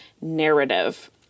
narrative